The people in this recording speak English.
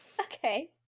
okay